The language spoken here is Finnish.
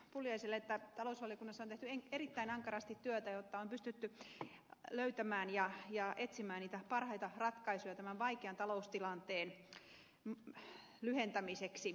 pulliaiselle että talousvaliokunnassa on tehty erittäin ankarasti työtä jotta on pystytty etsimään ja löytämään niitä parhaita ratkaisuja tämän vaikean taloustilanteen lyhentämiseksi